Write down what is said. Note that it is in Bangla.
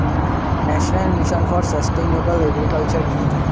National mission for sustainable agriculture কি?